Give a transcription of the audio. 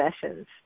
sessions